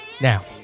Now